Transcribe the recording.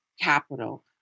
capital